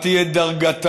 מה תהיה דרגתה?